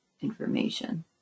information